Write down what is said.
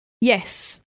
Yes